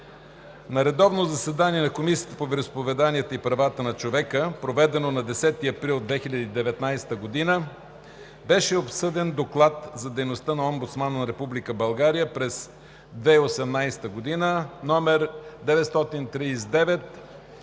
На редовно заседание на Комисията по вероизповеданията и правата на човека, проведено на 10 април 2019 г., беше обсъден Доклад за дейността на Омбудсмана на Република България през 2018